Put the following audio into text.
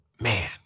man